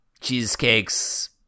Cheesecake's